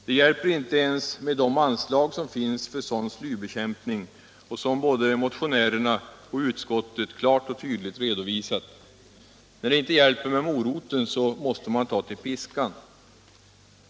Det hjälper inte ens med de anslag som finns för sådan slybekämpning och som både motionärerna och utskottet klart och tydligt redovisar. När det inte hjälper med moroten så måste man ta till piskan.